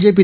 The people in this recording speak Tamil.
ஜேபி